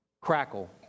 crackle